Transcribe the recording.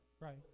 Right